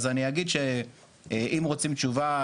אז אני אגיד שאם רוצים תשובה,